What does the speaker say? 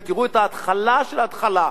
ותראו את ההתחלה של ההתחלה,